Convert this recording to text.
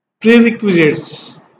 prerequisites